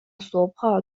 صبحها